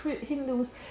Hindus